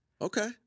Okay